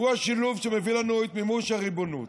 הוא השילוב שמביא לנו את מימוש הריבונות.